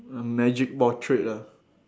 a magic portrait ah